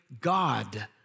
God